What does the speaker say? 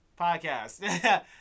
podcast